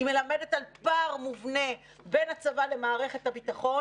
היא מלמדת על פער מובנה בין הצבא למערכת הביטחון,